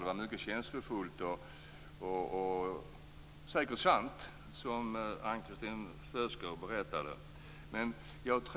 Det var mycket känslofullt, och det som Ann-Kristin Føsker berättade var säkert sant.